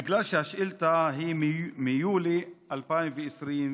בגלל שהשאילתה היא מיולי 2020,